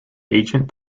ancient